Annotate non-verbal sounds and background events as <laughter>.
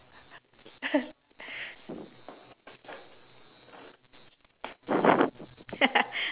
<laughs>